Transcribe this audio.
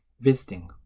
visiting